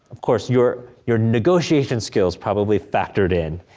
of course, your your negotiation skill was probably factored in.